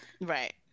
Right